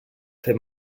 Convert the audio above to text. fer